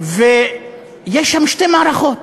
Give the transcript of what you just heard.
ויש שם שתי מערכות: